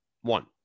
One